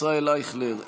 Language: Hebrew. ישראל אייכלר,